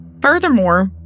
Furthermore